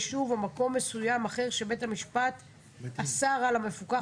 יישוב או מקום מסוים אחר שבית המשפט אסר על המפוקח